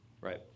right